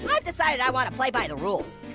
um i've decided i wanna play by the rules.